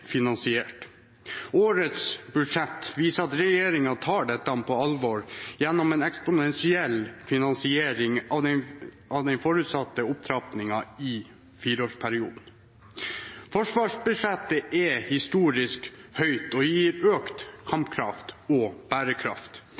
finansiert. Årets budsjett viser at regjeringen tar dette på alvor, gjennom en eksponentiell finansiering av den forutsatte opptrappingen i fireårsperioden. Forsvarsbudsjettet er historisk høyt og gir økt kampkraft og bærekraft.